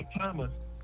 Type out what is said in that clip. Thomas